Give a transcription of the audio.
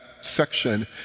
section